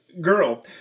girl